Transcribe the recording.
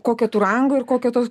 kokio tu rango ir kokio tos